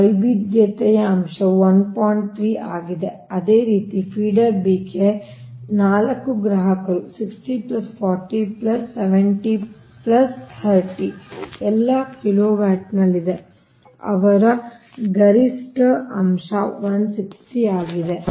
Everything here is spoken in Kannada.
3 ಆಗಿದೆ ಅದೇ ರೀತಿ ಫೀಡರ್ B ಗೆ 4 ಗ್ರಾಹಕರು 60407030 ಎಲ್ಲಾ ಕಿಲೋವ್ಯಾಟ್ನಲ್ಲಿದೆ ಮತ್ತು ಅವರ ಗರಿಷ್ಠ ಅಂಶ 160 ಆಗಿದೆ